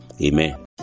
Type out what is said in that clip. Amen